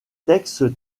textes